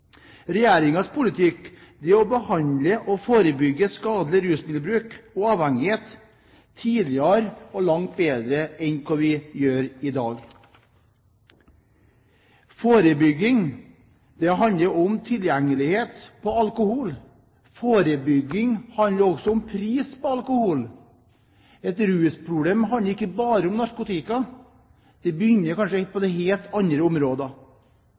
politikk er å behandle og forebygge skadelig rusmiddelbruk og avhengighet tidligere og langt bedre enn hva vi gjør i dag. Forebygging handler om tilgjengelighet på alkohol. Forebygging handler også om pris på alkohol. Et rusproblem handler ikke bare om narkotika – det begynner kanskje på helt andre områder.